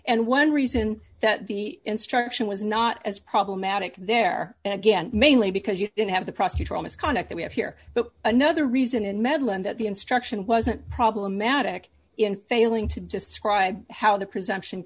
and one reason that the instruction was not as problematic there again mainly because you didn't have the prosecutor on misconduct that we have here but another reason in medland that the instruction wasn't problematic in failing to describe how the presumption